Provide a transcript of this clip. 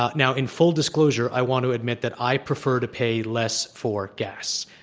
ah now, in full d isclosure, i want to admit that i prefer to pay less for gas.